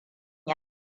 yi